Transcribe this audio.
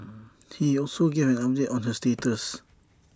he also gave an update on her status